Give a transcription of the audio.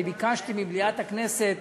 אני ביקשתי ממליאת הכנסת